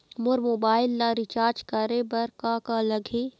मोर mobile ला recharge करे बर का का लगही?